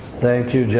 thank you,